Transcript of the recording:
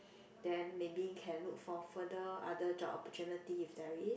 then maybe can look for further other job opportunities if there is